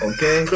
Okay